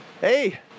hey